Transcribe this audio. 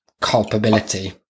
culpability